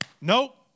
nope